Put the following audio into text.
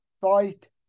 fight